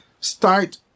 start